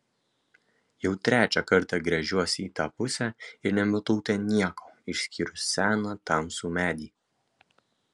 jau trečią kartą gręžiuosi į tą pusę ir nematau ten nieko išskyrus seną tamsų medį